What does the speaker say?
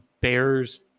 Bears